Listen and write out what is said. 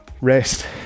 rest